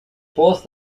both